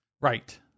Right